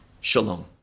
Shalom